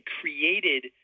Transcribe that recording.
created